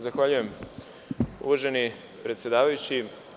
Zahvaljujem, uvaženi predsedavajući.